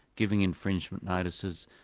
giving infringement notices,